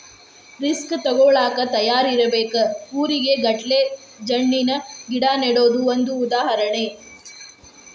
risk ತುಗೋಳಾಕ ತಯಾರ ಇರಬೇಕ, ಕೂರಿಗೆ ಗಟ್ಲೆ ಜಣ್ಣಿನ ಗಿಡಾ ನೆಡುದು ಒಂದ ಉದಾಹರಣೆ